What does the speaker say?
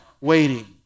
waiting